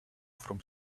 from